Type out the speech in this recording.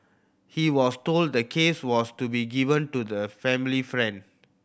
he was told the case was to be given to the family friend